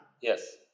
Yes